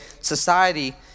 society